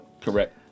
Correct